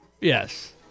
Yes